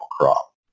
crop